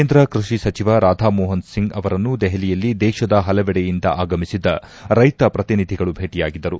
ಕೇಂದ್ರ ಕ್ಷಿ ಸಚಿವ ರಾಧಾಮೋಹನ್ ಸಿಂಗ್ ಅವರನ್ನು ದೆಹಲಿಯಲ್ಲಿ ದೇಶದ ಹಲವೆಡೆಯಿಂದ ಆಗಮಿಸಿದ್ದ ರೈತ ಪ್ರತಿನಿಧಿಗಳು ಭೇಟಿಯಾಗಿದ್ದರು